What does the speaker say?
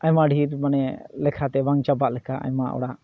ᱟᱭᱢᱟ ᱰᱷᱮᱨ ᱢᱟᱱᱮ ᱞᱮᱠᱷᱟᱛᱮ ᱵᱟᱝ ᱪᱟᱵᱟᱜ ᱞᱮᱠᱟ ᱟᱭᱢᱟ ᱚᱲᱟᱜ